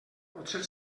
potser